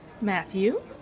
Matthew